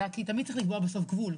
אלא כי תמיד צריך לקבוע בסוף גבול,